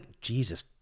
Jesus